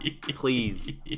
please